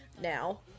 now